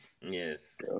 Yes